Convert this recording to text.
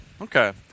Okay